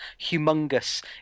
Humongous